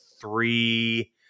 three